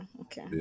okay